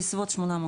850. בסביבות 850,